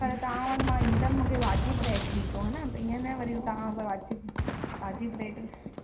पर तव्हां वटि मां ईंदमि मूंखे वाजिबु रेट ॾिजो हा न इयं न वरी तव्हां मूंखे वाजिबु वाजिबु रेट